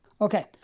Okay